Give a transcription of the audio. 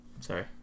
Sorry